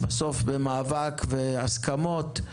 במאבק והסכמות,